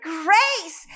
grace